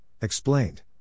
explained